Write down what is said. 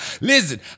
Listen